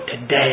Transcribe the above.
today